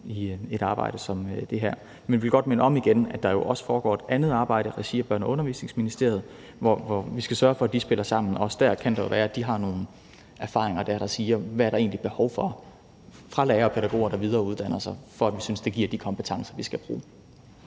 i et arbejde som det her. Men vi vil godt minde om igen, at der jo også foregår et andet arbejde i regi af Børne- og Undervisningsministeriet, og vi skal sørge for, at de spiller sammen. Også der kan det jo være, at der er nogle erfaringer fra lærere og pædagoger, der videreuddanner sig, om, hvad der egentlig er behov for, for at vi synes, det giver de kompetencer, vi skal bruge.